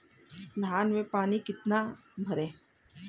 धान में पानी कितना भरें?